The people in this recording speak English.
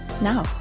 Now